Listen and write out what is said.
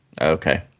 Okay